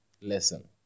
lesson